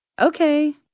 Okay